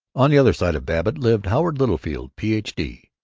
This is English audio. on the other side of babbitt lived howard littlefield, ph d,